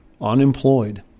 unemployed